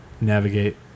navigate